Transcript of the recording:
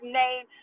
name